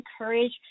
encourage